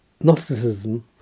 Gnosticism